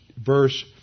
verse